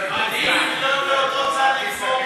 גפני, איך זה להיות באותו צד עם פרוש?